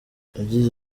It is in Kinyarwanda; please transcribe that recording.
yagize